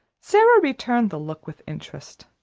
sara returned the look with interest.